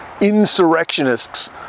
insurrectionists